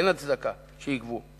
אין הצדקה שתגבה.